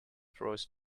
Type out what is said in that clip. throws